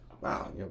wow